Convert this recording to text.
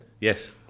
Yes